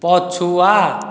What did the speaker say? ପଛୁଆ